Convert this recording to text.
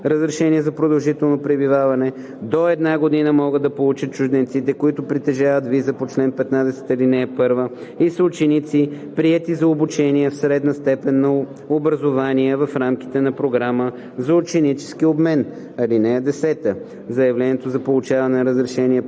Разрешение за продължително пребиваване до една година могат да получат чужденците, които притежават виза по чл. 15, ал. 1 и са ученици, приети за обучение в средната степен на образование в рамките на програма за ученически обмен. (10) Заявление за получаване на разрешение